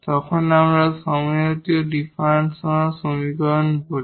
তখন আমরা homogeneous differential সমীকরণ বলি